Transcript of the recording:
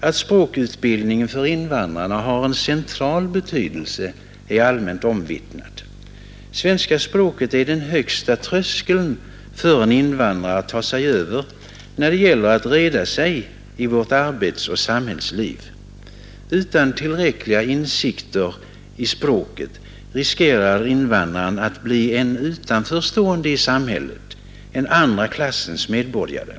Att språkutbildningen för invandrarna har central betydelse är allmänt omvittnat. Svenska språket är den högsta tröskeln för en invandrare att ta sig över när det gäller att reda sig i vårt arbetsoch samhällsliv. Utan tillräckliga insikter i språket riskerar invandraren att bli en utanförstående i samhället, en andra klassens medborgare.